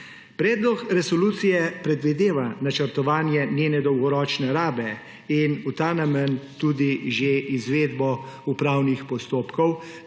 Predlog resolucije predvideva načrtovanje njene dolgoročne rabe in v ta namen tudi že izvedbo upravnih postopkov